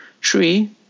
tree